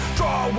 draw